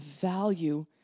value